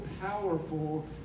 powerful